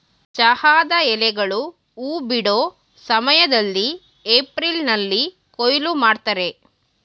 ಚಹಾದ ಎಲೆಗಳು ಹೂ ಬಿಡೋ ಸಮಯ್ದಲ್ಲಿ ಏಪ್ರಿಲ್ನಲ್ಲಿ ಕೊಯ್ಲು ಮಾಡ್ತರೆ